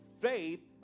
faith